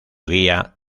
guía